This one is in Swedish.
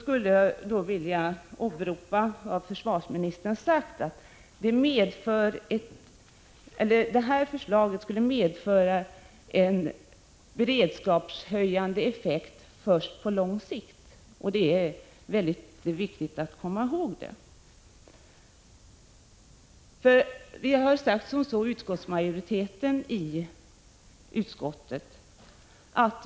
Jag vill i detta sammanhang åberopa vad försvarsministern har sagt, nämligen att detta förslag skulle medföra en beredskapshöjande effekt först på lång sikt. Det är väldigt viktigt att komma ihåg detta.